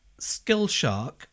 SkillShark